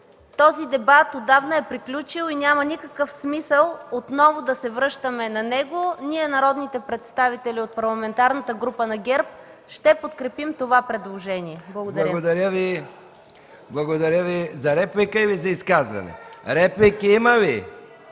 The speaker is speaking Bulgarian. този дебат отдавна е приключил и няма никакъв смисъл отново да се връщаме на него. Ние, народните представители от Парламентарната група на ГЕРБ, ще подкрепим това предложение. Благодаря. ПРЕДСЕДАТЕЛ МИХАИЛ МИКОВ: Благодаря Ви.